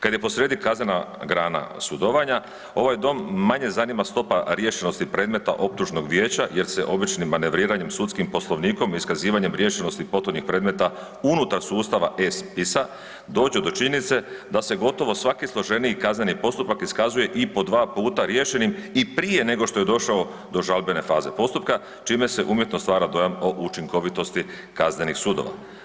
Kad je posrijedi kaznena grana sudovanja ovaj dom manje zanima stopa riješenosti predmeta optužnog vijeća jer se običnim manevriranjem sudskim poslovnikom, iskazivanjem riješenosti potonjih predmeta unutar sustava e-spisa dođe do činjenice da se gotovo svaki složeniji kazneni postupak iskazuje i po 2 puta riješenim i prije nego što je došao do žalbene faze postupka čime se umjetno stvara dojam o učinkovitosti kaznenih sudova.